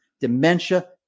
dementia